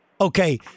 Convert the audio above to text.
Okay